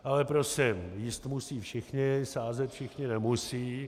Ale prosím, jíst musí všichni, sázet všichni nemusí.